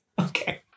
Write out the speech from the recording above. Okay